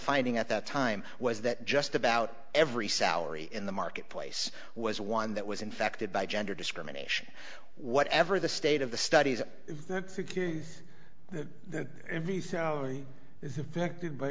finding at that time was that just about every salary in the marketplace was one that was infected by gender discrimination whatever the state of the studies is affected by